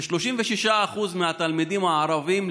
כ-36% מהתלמידים הערבים,